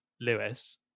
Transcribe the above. lewis